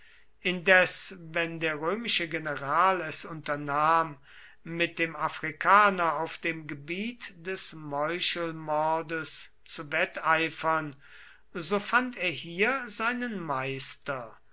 indes wenn der römische general es unternahm mit dem afrikaner auf dem gebiet des meuchelmordes zu wetteifern so fand er hier seinen meister